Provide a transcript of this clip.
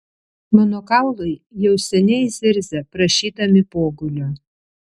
mano kaulai jau seniai zirzia prašydami pogulio